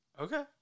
Okay